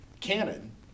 canon